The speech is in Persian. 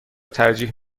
ترجیح